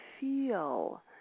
Feel